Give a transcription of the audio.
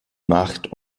macht